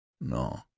No